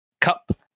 cup